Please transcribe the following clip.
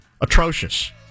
atrocious